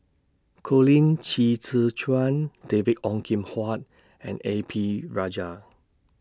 Colin Qi Zhe Quan David Ong Kim Huat and A P Rajah